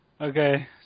Okay